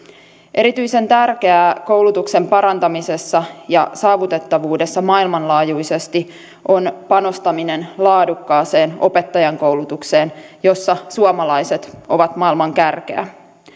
erityisen tärkeää koulutuksen parantamisessa ja saavutettavuudessa maailmanlaajuisesti on panostaminen laadukkaaseen opettajankoulutukseen jossa suomalaiset ovat maailman kärkeä